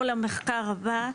למחקר הבא,